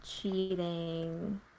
cheating